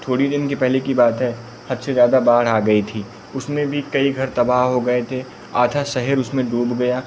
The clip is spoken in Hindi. थोड़े दिन के पहले की बात है हद से ज़्यादा बाढ़ आ गई थी उसमें भी कई घर तबाह हो गए थे आधा शहर उसमें डूब गया